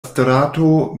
strato